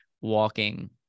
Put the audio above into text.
walking